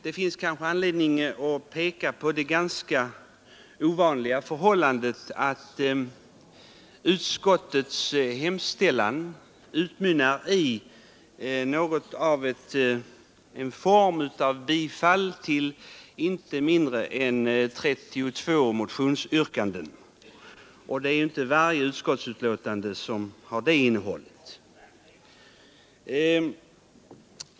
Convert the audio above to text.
Det finns kanske anledning att här peka på det ganska ovanliga förhållandet att utskottets hemställan utmynnar i någon form av bifall till inte mindre än 32 motionsyrkanden. Det är ju inte alla utskottsbetänkanden som har det innehållet.